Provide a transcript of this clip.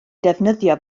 defnyddio